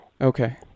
okay